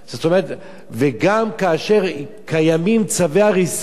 וגם כאשר קיימים צווי הריסה